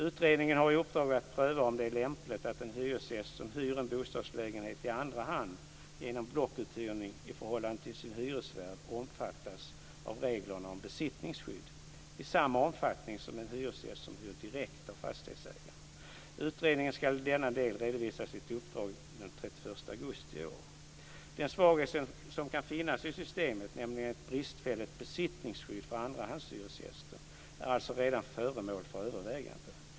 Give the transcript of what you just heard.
Utredningen har i uppdrag att pröva om det är lämpligt att en hyresgäst som hyr en bostadslägenhet i andra hand genom blockuthyrning i förhållande till sin hyresvärd omfattas av reglerna om besittningsskydd i samma omfattning som en hyresgäst som hyr direkt av fastighetsägaren. Utredningen ska i denna del redovisa sitt uppdrag den 31 augusti i år. Den svaghet som kan finnas i systemet, nämligen ett bristfälligt besittningsskydd för andrahandshyresgästen, är alltså redan föremål för överväganden.